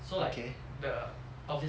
so like the obviously the